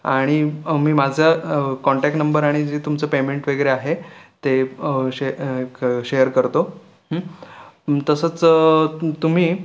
आणि मी माझा कॉन्टॅक्ट नंबर आणि जे तुमच पेमेंट वगैरे आहे ते शे क् शेअर करतो तसंच तुम्ही